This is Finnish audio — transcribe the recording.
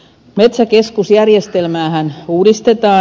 metsäkeskusjärjestelmäähän uudistetaan